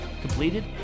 completed